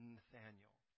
Nathaniel